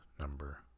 number